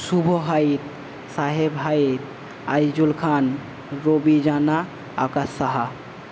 শুভ হাইদ সাহেব হাইদ আজিজুল খান রবি জানা আকাস সাহা